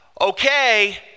okay